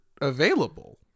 available